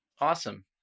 Awesome